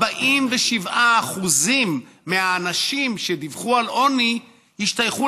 47% מהאנשים שדיווחו על עוני השתייכו